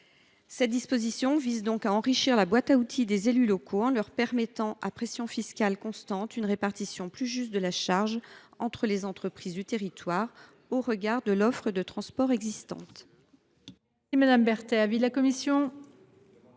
Cette disposition vise donc à enrichir la boîte à outils des élus locaux en leur permettant, à pression fiscale constante, d’opérer une répartition plus juste de la charge entre les entreprises de leur territoire, au regard de l’offre de transport existante.